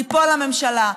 תיפול הממשלה.